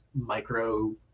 micro